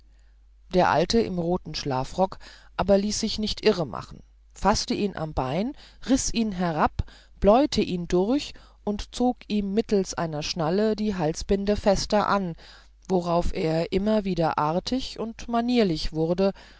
der alte im roten schlafrock aber ließ sich nicht irremachen faßte ihn am bein riß ihn herab bleute ihn durch und zog ihm mittelst einer schnalle die halsbinde fester an worauf er immer wieder artig und manierlich wurde